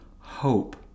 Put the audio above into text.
hope